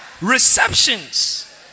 receptions